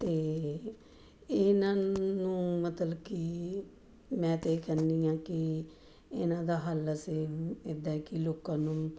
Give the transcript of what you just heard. ਅਤੇ ਇਹਨਾਂ ਨੂੰ ਮਤਲਬ ਕਿ ਮੈਂ ਤਾਂ ਇਹ ਕਹਿੰਦੀ ਹਾਂ ਕਿ ਇਹਨਾਂ ਦਾ ਹੱਲ ਅਸੀਂ ਇੱਦਾਂ ਕਿ ਲੋਕਾਂ ਨੂੰ